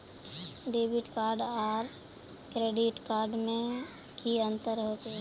Debit card आर credit card में की अंतर होचे?